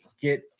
get –